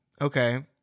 Okay